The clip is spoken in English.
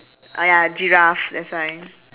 ah ya giraffe that's why